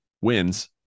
wins